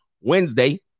Wednesday